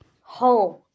home